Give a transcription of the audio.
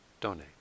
donate